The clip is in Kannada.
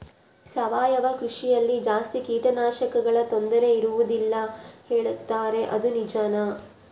ಸಾವಯವ ಕೃಷಿಯಲ್ಲಿ ಜಾಸ್ತಿ ಕೇಟನಾಶಕಗಳ ತೊಂದರೆ ಇರುವದಿಲ್ಲ ಹೇಳುತ್ತಾರೆ ಅದು ನಿಜಾನಾ?